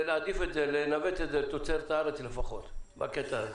לנווט את זה לתוצרת הארץ לפחות בקטע הזה.